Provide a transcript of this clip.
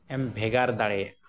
ᱮᱢ ᱵᱷᱮᱜᱟᱨ ᱫᱟᱲᱮᱭᱟᱜᱼᱟ